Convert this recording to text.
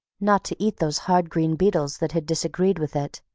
not to eat those hard green beetles that had disagreed with it,